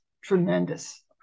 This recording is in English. tremendous